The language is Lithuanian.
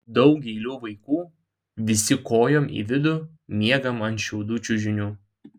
daug eilių vaikų visi kojom į vidų miegam ant šiaudų čiužinių